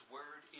Word